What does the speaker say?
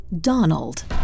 Donald